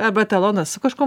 arba etalonas su kažkuom